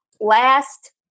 last